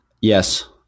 Yes